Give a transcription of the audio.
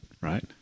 Right